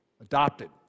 adopted